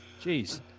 jeez